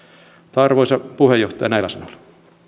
arvoisa puhemies näillä sanoilla